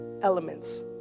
elements